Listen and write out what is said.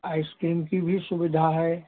ice cream की भी सुविधा है